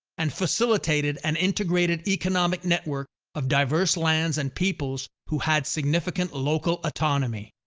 and facilitated an integrated economic network of diverse lands and peoples who had significant local autonomy.